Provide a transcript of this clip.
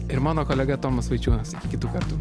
ir mano kolega tomas vaičiūnas iki kitų kartų